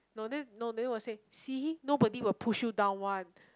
no then no then will say see him nobody will push you down one